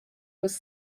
was